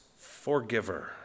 forgiver